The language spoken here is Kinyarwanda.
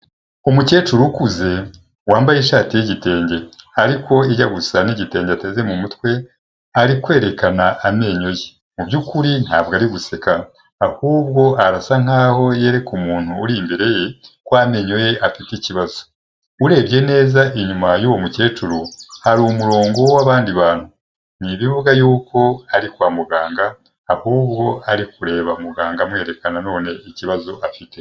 Umukecuru ukuze, wambaye ishati y'igitenge, ariko ijya gusa n'igitenge ateze mu mutwe, ari kwerekana amenyo ye, mu by'ukuri ntabwo ari guseka, ahubwo arasa nkaho yereka umuntu uri imbere ye, ko amenyo ye afite ikibazo, urebye neza inyuma y'uwo mukecuru, hari umurongo w'abandi bantu, ntibivuga yuko ari kwa muganga, ahubwo hari kureba mugangamwerekana none ikibazo afite.